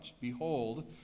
Behold